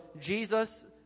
Jesus